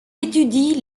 étudie